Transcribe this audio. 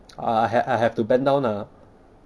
ah I have I have to bend down lah